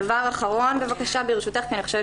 דבר אחרון ברשותך, אני חושבת